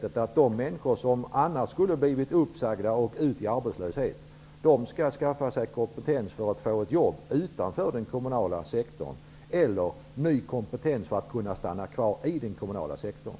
De människor som annars skulle blivit uppsagda och hamnat i arbetslöshet skall skaffa sig kompetens för att få ett jobb utanför den kommunala sektorn eller ny kompetens för att kunna stanna kvar i den kommunala sektorn.